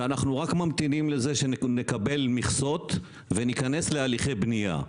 שאנחנו רק ממתינים לקבל מכסות ולהיכנס להליכי בנייה.